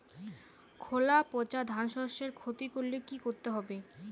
খোলা পচা ধানশস্যের ক্ষতি করলে কি করতে হবে?